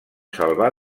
salvar